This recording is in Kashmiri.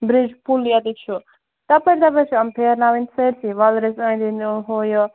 برٛج پُل ییٚتٮ۪تھ چھُ تَپٲرۍ تَپٲرۍ چھِ یِم پھیرناوٕنۍ سٲرۍسٕے وۄلرِس أنٛدۍ أنٛدۍ نوٚو ہُہ یہِ